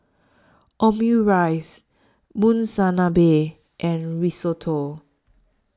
Omurice Monsunabe and Risotto